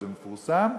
שזה מפורסם,